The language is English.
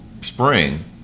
spring